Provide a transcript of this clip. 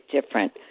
different